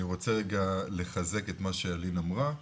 אני רוצה לחזק את מה שאלין אמרה.